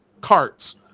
carts